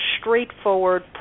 straightforward